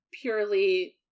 purely